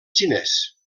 xinès